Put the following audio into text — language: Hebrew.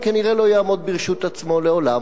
הוא כנראה לא יעמוד ברשות עצמו לעולם,